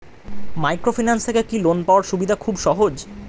Microfinance থেকে কি loan পাওয়ার সুবিধা খুব সহজ?